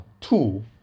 two